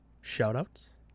shout-outs